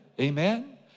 amen